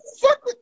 Fuck